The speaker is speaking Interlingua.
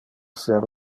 ser